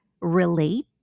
relate